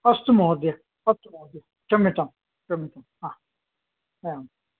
अस्तु महोदय अस्तु महोदय क्षम्यतां हा